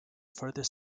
further